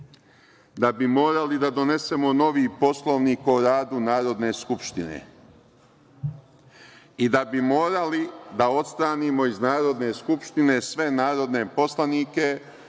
da bi morali da donesemo novi Poslovnik o radu Narodne skupštine i da bi morali da odstranimo iz Narodne skupštine sve narodne poslanike